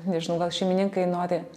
nežinau gal šeimininkai nori